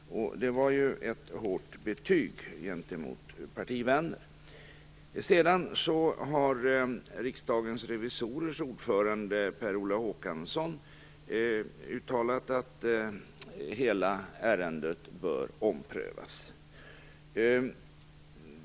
Det var ett hårt betyg gentemot hennes partivänner. Riksdagens revisorers ordförande, Per-Olof Håkansson, har senare uttalat att hela ärendet bör omprövas.